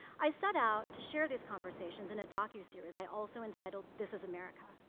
i set out to share these conversations in a docu series i also entitled this is america,